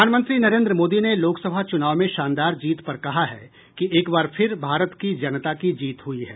प्रधानमंत्री नरेंद्र मोदी ने लोकसभा चुनाव में शानदार जीत पर कहा है कि एक बार फिर भारत की जनता की जीत हुयी है